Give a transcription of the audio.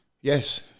Yes